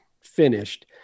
finished